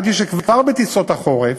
אני פעלתי לכך שכבר בטיסות החורף,